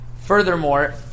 furthermore